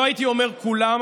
לא הייתי אומר כולם,